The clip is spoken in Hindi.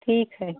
ठीक है